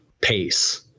pace